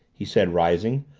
he said, rising.